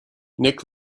nick